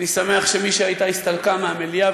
אני שמח שמי שהייתה הסתלקה מהמליאה,